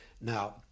Now